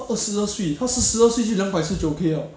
他二十二岁他四十二岁就两百十九 liao